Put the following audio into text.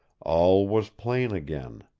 all was plain again.